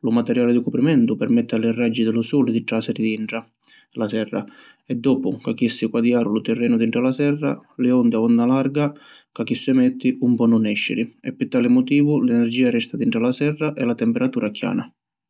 Lu materiali di cuprimentu permetti a li raggi di lu suli di trasiri dintra la serra e doppu ca chissi quadiaru lu tirrenu dintra la serra, li ondi a onda larga ca chissu emetti 'un ponnu nesciri e pi tali motivu l’energia resta dintra la serra e la temperatura acchiana.